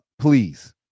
please